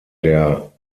der